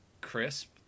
crisp